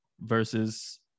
Versus